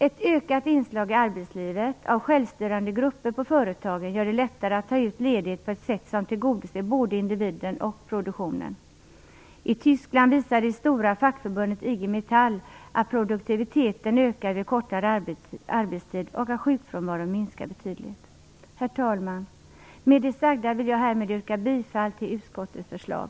Ett ökat inslag i arbetslivet av självstyrande grupper på företagen gör det lättare att ta ut ledighet på ett sätt som tillgodoser både individen och produktionen. I Tyskland visar det stora fackförbundet IG-metall att produktiviteten ökar vid kortare arbetstid och att sjukfrånvaron minskar betydligt. Herr talman! Med det sagda vill jag härmed yrka bifall till utskottets förslag.